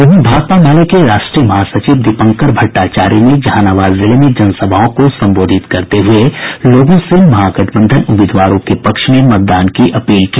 वहीं भाकपा माले के राष्ट्रीय महासचिव दीपंकर भट्टाचार्य ने जहानाबाद जिले में जनसभाओं को संबोधित करते हुए लोगों से महागठबंधन उम्मीदवारों के पक्ष में मतदान की अपील की